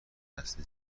نسل